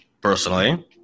Personally